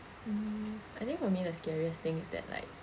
mm I think for me the scariest thing is that like